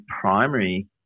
primary